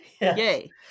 Yay